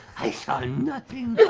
i saw nothing!